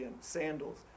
Sandals